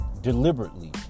deliberately